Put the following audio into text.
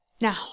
Now